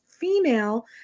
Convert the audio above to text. female